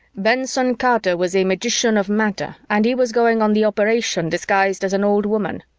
benson-carter was a magician of matter and he was going on the operation disguised as an old woman.